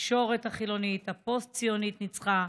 התקשרת החילונית הפוסט-ציונית ניצחה,